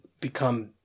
become